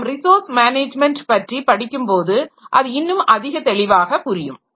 நாம் resource management பற்றி படிக்கும் போது அது இன்னும் அதிக தெளிவாக புரியும்